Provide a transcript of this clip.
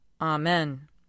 Amen